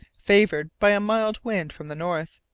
favoured by a mild wind from the north,